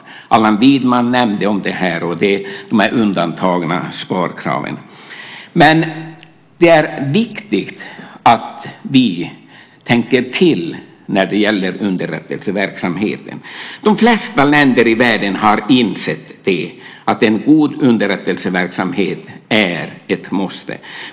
Allan Widman nämnde detta och de undantagna sparkraven. Det är viktigt att vi tänker till när det gäller underrättelseverksamheten. De flesta länder i världen har insett att en god underrättelseverksamhet är ett måste.